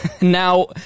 Now